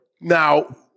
Now